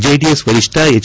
JDS ವರಿಷ್ಠ H